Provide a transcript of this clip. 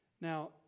now